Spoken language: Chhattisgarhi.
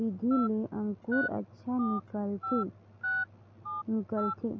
विधि ले अंकुर अच्छा निकलथे निकलथे